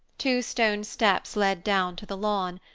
two stone steps led down to the lawn.